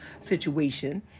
situation